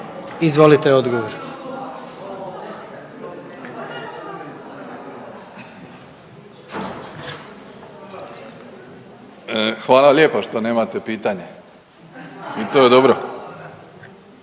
Andrej (HDZ)** Hvala lijepa što nemate pitanje i to je dobro.